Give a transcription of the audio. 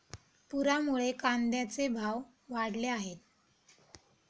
पुरामुळे कांद्याचे भाव वाढले आहेत